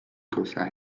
گذشت